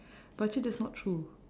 but actually that's not true